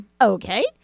Okay